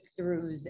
breakthroughs